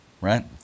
right